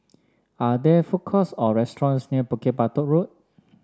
are there food courts or restaurants near Bukit Batok Road